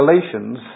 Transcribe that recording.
Galatians